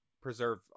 preserve